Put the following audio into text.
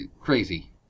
crazy